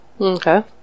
Okay